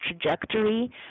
trajectory